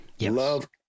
Love